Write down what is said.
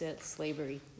slavery